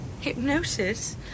Hypnosis